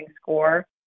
score